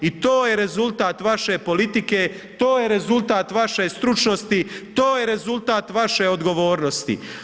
I to je rezultat vaše politike, to je rezultat vaše stručnosti, to je rezultat vaše odgovornosti.